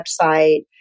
website